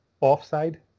offside